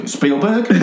Spielberg